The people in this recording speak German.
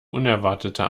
unerwarteter